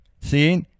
See